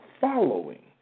following